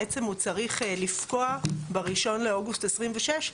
למעשה הוא צריך לפקוע ב-1 באוגוסט 2026,